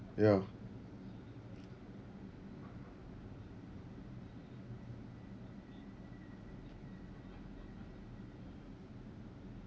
ya